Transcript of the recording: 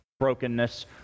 Brokenness